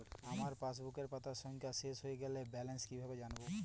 আমার পাসবুকের পাতা সংখ্যা শেষ হয়ে গেলে ব্যালেন্স কীভাবে জানব?